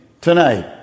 tonight